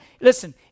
listen